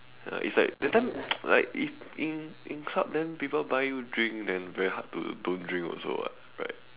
ya it's like that time like if in in club then people buy you drink then very hard to don't drink also [what] right